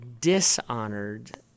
dishonored